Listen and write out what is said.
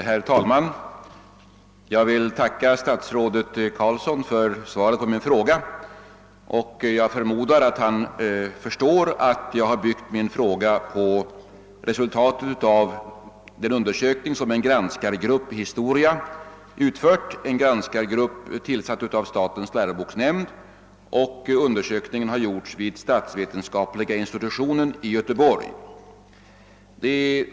Herr talman! Jag vill tacka statsrådet Carlsson för svaret på min fråga. Jag förmodar att han förstår att jag har byggt min fråga på resultatet av en utredning, som utförts av den av statens läroboksnämnd tillsatta granskargruppen vid statsvetenskapliga institutionen vid universitetet i Göteborg.